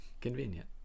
Convenient